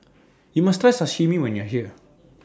YOU must Try Sashimi when YOU Are here